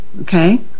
okay